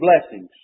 blessings